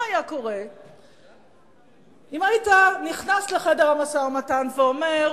מה היה קורה אם היית נכנס לחדר המשא-ומתן ואומר: